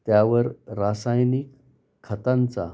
त्यावर रासायनिक खतांचा